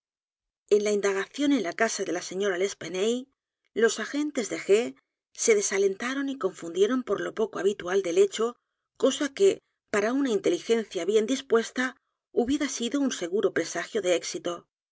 en la indagación en casa de la señora l'espanaye i los agentes de g se desalent a r o n y confundieron por lo poco habitual del hecho cosa que p a r a una inteligencia bien dispuesta hubiera sido un seguro presagio de éxito